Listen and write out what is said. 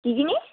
কী জিনিস